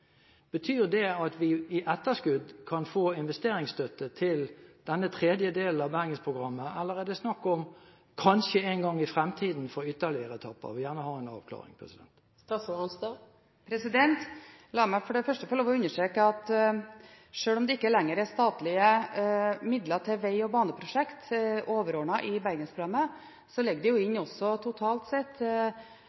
Betyr det at vi kan få investeringsstøtte på etterskudd til denne tredje delen av Bergensprogrammet, eller er det snakk om kanskje en gang i fremtiden for ytterligere etapper? Jeg vil gjerne ha en avklaring på det. La meg for det første få understreke at selv om det ikke lenger er statlige midler til veg- og baneprosjekter, overordnet sett, i Bergensprogrammet i perioden 2011–2014, ligger det jo